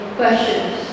questions